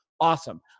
Awesome